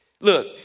Look